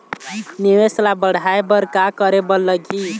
निवेश ला बढ़ाय बर का करे बर लगही?